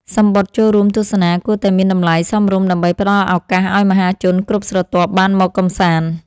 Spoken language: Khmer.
សំបុត្រចូលរួមទស្សនាគួរតែមានតម្លៃសមរម្យដើម្បីផ្ដល់ឱកាសឱ្យមហាជនគ្រប់ស្រទាប់បានមកកម្សាន្ត។